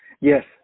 Yes